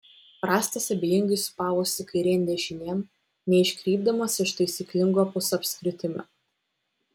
rąstas abejingai sūpavosi kairėn dešinėn neiškrypdamas iš taisyklingo pusapskritimio